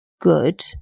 good